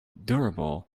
durable